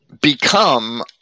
become